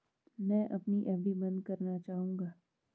मैं अपनी एफ.डी बंद करना चाहूंगा